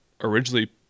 originally